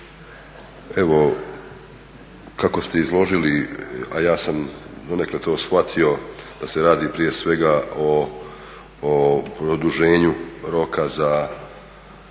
Kako ste izložili, a ja sam to donekle shvatio da se radi prije svega o produženju roka za